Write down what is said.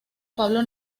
pablo